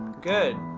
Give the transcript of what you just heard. good.